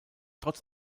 trotz